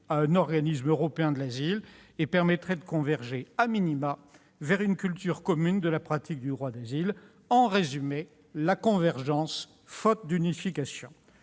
à un organisme européen de l'asile. Elle permettrait de converger vers une culture commune de la pratique du droit d'asile. En résumé, il s'agirait d'une convergence, faute d'unification.